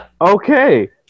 Okay